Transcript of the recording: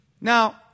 Now